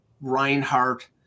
Reinhardt